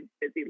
busy